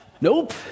nope